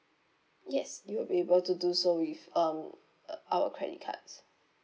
yes you will be able to do so with um our credit cards